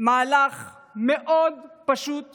מהלך מאוד פשוט וברור: